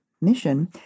mission